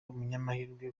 umunyamahirwe